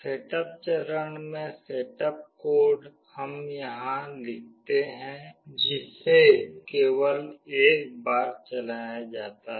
setup चरण में setup code हम यहां लिखते हैं जिसे केवल एक बार चलाया जाता है